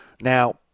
Now